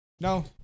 No